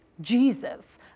Jesus